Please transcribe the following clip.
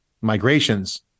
migrations